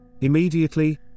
Immediately